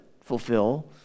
fulfill